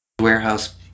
warehouse